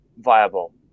viable